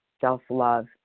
self-love